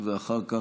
ואחר כך,